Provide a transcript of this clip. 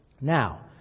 Now